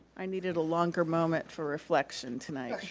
i needed a longer moment for reflection tonight.